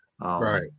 Right